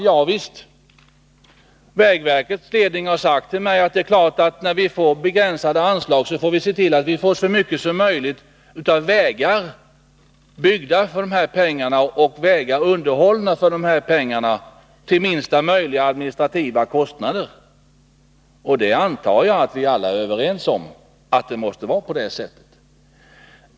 Ja visst — vägverkets ledning har sagt till mig att det är klart att när vi får begränsade anslag måste vi se till att vi för de här pengarna får så mycket som möjligt av vägar byggda och vägar underhållna till minsta möjliga administrativa kostnad. Jag antar att vi alla är överens om att det måste vara på det sättet.